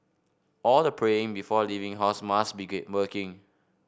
all the praying before leaving house must be working